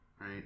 right